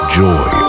joy